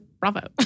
Bravo